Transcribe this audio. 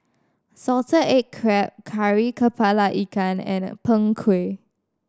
salted egg crab Kari Kepala Ikan and Png Kueh